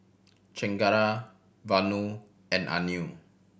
Chengara Vanu and Anil